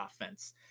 offense